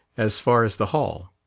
as far as the hall.